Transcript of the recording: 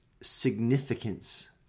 significance